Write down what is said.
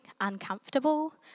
uncomfortable